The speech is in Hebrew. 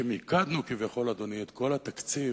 שמיקדנו כביכול, אדוני, את כל התקציב